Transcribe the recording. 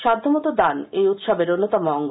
সাধ্যমতো দান এই উৎসবের অন্যতম অঙ্গ